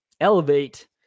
elevate